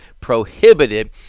prohibited